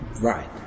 Right